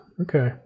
Okay